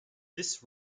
this